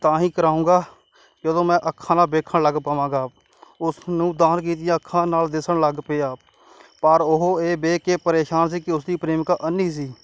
ਤਾਂ ਹੀ ਕਰਵਾਊਂਗਾ ਜਦੋਂ ਮੈਂ ਅੱਖਾਂ ਨਾਲ ਵੇਖਣ ਲੱਗ ਪਵਾਂਗਾ ਉਸ ਨੂੰ ਦਾਨ ਕੀਤੀ ਅੱਖਾਂ ਨਾਲ ਦਿਸਣ ਲੱਗ ਪਿਆ ਪਰ ਉਹ ਇਹ ਵੇਖ ਕੇ ਪਰੇਸ਼ਾਨ ਸੀ ਕਿ ਉਸਦੀ ਪ੍ਰੇਮਿਕਾ ਅੰਨ੍ਹੀ ਸੀ